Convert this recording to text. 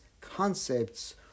concepts